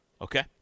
Okay